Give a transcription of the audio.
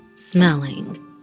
smelling